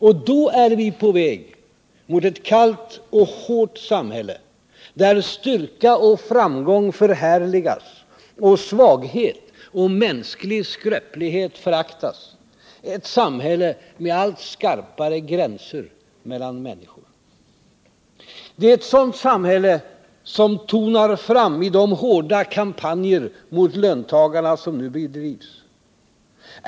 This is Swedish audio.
Och då är vi på väg mot ett kallt och hårt samhälle, där styrka och framgång förhärligas och svaghet och mänsklig skröplighet föraktas, ett samhälle med allt skarpare gränser mellan människor. Det är ett sådant samhälle som tonar fram i de hårda kampanjer mot löntagarna som nu bedrivs.